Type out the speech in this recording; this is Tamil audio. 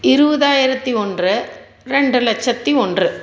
இருபதாயிரத்தி ஒன்று ரெண்டு லட்சத்தி ஒன்று